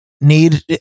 need